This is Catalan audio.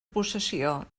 possessió